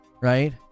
Right